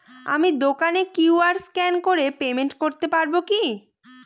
আমি দোকানে QR scan করে পেমেন্ট করতে পারবো কি?